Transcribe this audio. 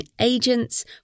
agents